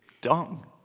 dung